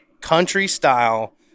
country-style